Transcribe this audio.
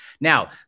Now